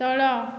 ତଳ